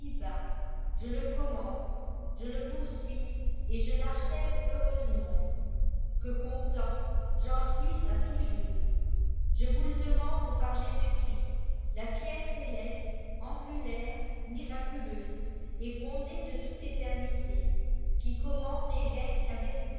je le commence je le poursuive et je fachève heureusement que content j'en jouisse à toujours je vous le demande par jésus-christ la pierre céleste angulaire miraculeuse et fondée de toute éternité qui commande et règne avec vous